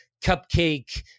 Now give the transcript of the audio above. cupcake